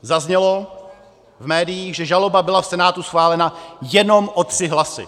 Zaznělo v médiích, že žaloba byla v Senátu schválena jenom o tři hlasy.